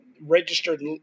registered